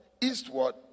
eastward